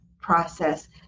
process